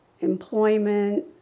employment